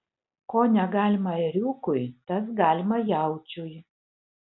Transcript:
ko negalima ėriukui tas galima jaučiui